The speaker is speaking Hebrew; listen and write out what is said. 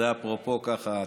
זה אפרופו ככה,